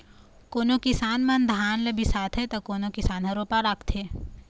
कोनो किसान मन धान ल बियासथे त कोनो किसान ह रोपा राखथे